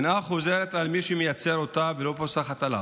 שנאה חוזרת אל מי שמייצר אותה, ולא פוסחת עליו.